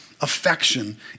affection